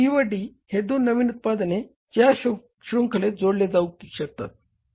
C व D हे दोन नवीन उत्पादने या शृंखलेत जोडले गेले आहे